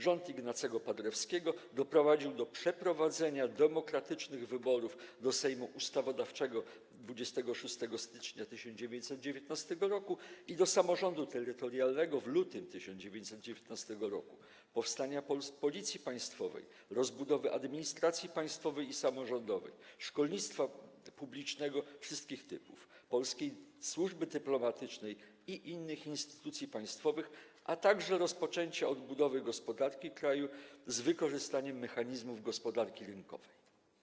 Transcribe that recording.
Rząd Ignacego Paderewskiego doprowadził do przeprowadzenia demokratycznych wyborów do Sejmu Ustawodawczego 26 stycznia 1919 r. i do samorządu terytorialnego w lutym 1919 r., powstania Policji Państwowej, rozbudowy administracji państwowej i samorządowej, szkolnictwa publicznego wszystkich typów, polskiej służby dyplomatycznej i innych instytucji państwowych, a także rozpoczęcia odbudowy gospodarki kraju z wykorzystaniem mechanizmów gospodarki rynkowej.